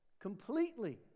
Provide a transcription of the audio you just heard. Completely